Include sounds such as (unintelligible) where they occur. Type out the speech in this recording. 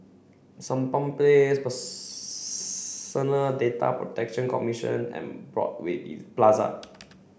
Sampan Place (unintelligible) Data Protection Commission and Broadway (unintelligible) Plaza